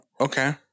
Okay